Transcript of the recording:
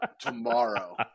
tomorrow